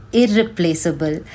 irreplaceable